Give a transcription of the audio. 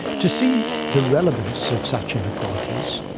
to see the relevance of such inequalities,